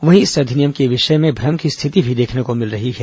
वहीं इस अधिनियम के विषय में भ्रम की स्थिति भी देखने को मिल रही है